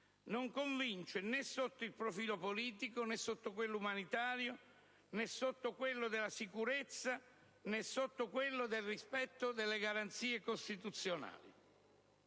non convince, né sotto il profilo politico né sotto quello umanitario, né dal punto di vista della sicurezza e del rispetto delle garanzie costituzionali.